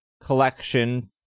collection